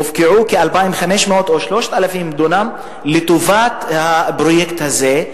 הופקעו כ-2,500 או 3,000 דונם לטובת הפרויקט הזה,